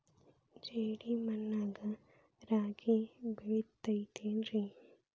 ಜೇಡಿ ಮಣ್ಣಾಗ ರಾಗಿ ಬೆಳಿತೈತೇನ್ರಿ?